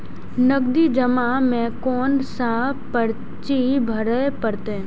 नगदी जमा में कोन सा पर्ची भरे परतें?